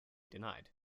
denied